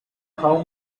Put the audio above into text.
how